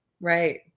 Right